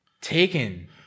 taken